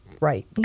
Right